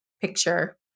picture